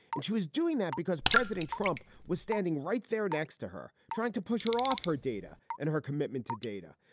and she was doing that because president trump was standing right there next to her, trying to push her off her data and her commitment to data,